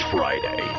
Friday